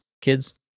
Kids